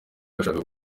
ugushaka